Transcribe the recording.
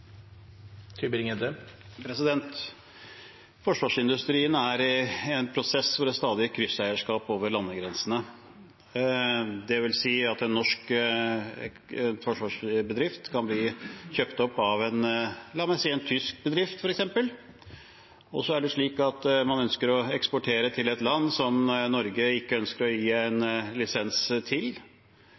i en prosess hvor det stadig er krysseierskap over landegrensene. Det vil si at en norsk forsvarsbedrift kan bli kjøpt opp av, la meg si, en tysk bedrift, f.eks. Så er det slik at man ønsker å eksportere til et land som Norge ikke ønsker å gi lisens til,